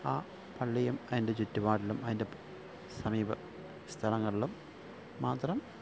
ആ പള്ളിയും അതിന്റെ ചുറ്റുപാടിലും അതിന്റെ സമീപ സ്ഥലങ്ങളിലും മാത്രം